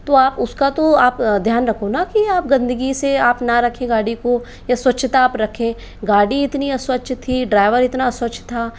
तो आप उसका तो आप ध्यान रखो ना कि आप गंदगी से आप ना रखें गाड़ी को या स्वच्छता आप रखें गाड़ी इतनी अस्वच्छ थी ड्राइवर इतना अस्वच्छ था